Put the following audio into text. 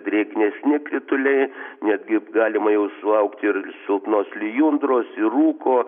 drėgnesni krituliai netgi galima jau sulaukti ir silpnos lijundros ir rūko